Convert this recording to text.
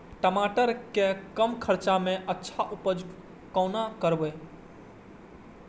टमाटर के कम खर्चा में अच्छा उपज कोना करबे?